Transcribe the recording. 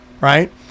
right